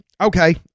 okay